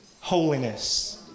holiness